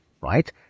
Right